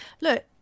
Look